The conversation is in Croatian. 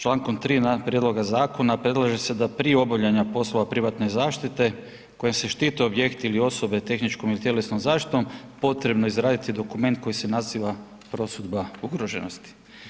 Člankom 3. prijedloga zakona predlaže se da prije obavljanja poslova privatne zaštite kojom se štite objekti ili osobe tehničkom ili tjelesnom zaštitom potrebno je izraditi dokument koji se naziva prosudba ugroženosti.